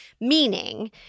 Meaning